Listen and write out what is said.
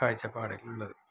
കാഴ്ചപ്പാട് ഉള്ളത്